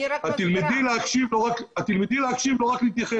תלמדי להקשיב ולא רק להתייחס.